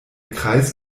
kreis